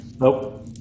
Nope